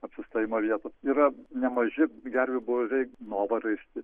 apsistojimo vietų yra nemaži gervių būriai novaraisty